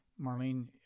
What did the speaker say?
Marlene